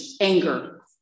anger